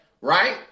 Right